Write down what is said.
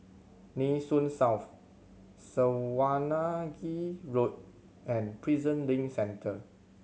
Nee Soon South Swanage Road and Prison Link Centre